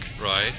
Right